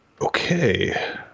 Okay